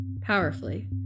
powerfully